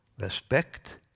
respect